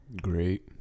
great